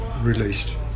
released